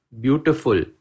beautiful